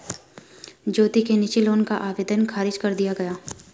ज्योति के निजी लोन का आवेदन ख़ारिज कर दिया गया